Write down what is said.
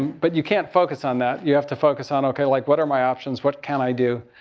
but you can't focus on that. you have to focus on, okay, like what are my options? what can i do?